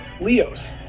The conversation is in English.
Leos